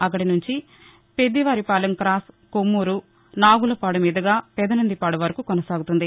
అక్కడి నుంచి పెద్దివారిపాలెం కాస్ కొమ్మూరు నాగులపాడు మీదుగా పెదనందిపాడు వరకు కొనసాగుతుంది